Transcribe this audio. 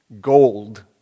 gold